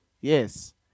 Yes